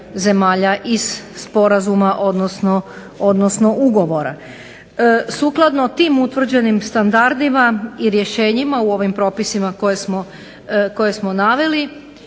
iz sporazuma odnosno ugovora. Sukladno tim utvrđenim standardima i rješenjima u ovim propisima koje smo naveli,